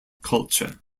culture